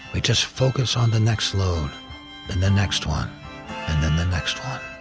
we just focus on the next load, then the next one, and then the next one.